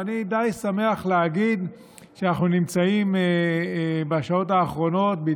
ואני די שמח להגיד שבשעות האחרונות אנחנו